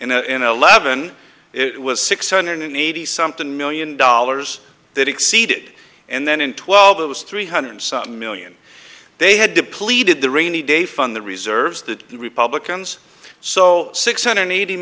in eleven it was six hundred eighty something million dollars that exceeded and then in twelve it was three hundred something million they had depleted the rainy day fund the reserves that the republicans so six hundred eighty